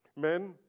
Men